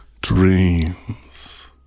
dreams